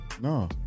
No